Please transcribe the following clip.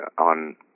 on